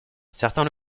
certains